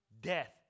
Death